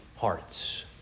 Hearts